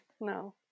No